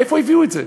מאיפה הביאו את זה?